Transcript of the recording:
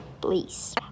please